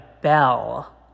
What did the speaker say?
Bell